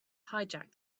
hijack